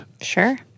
Sure